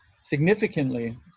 significantly